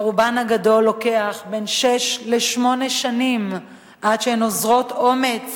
לרובן הגדול לוקח בין שש לשמונה שנים עד שהן אוזרות אומץ